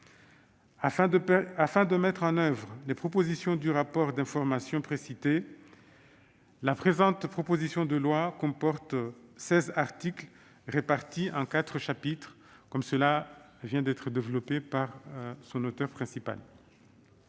Afin de mettre en oeuvre les propositions du rapport d'information précité, la présente proposition de loi comporte seize articles répartis en quatre chapitres, que vient de vous présenter son auteur principal.